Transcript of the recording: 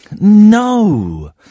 no